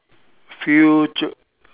future